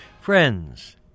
Friends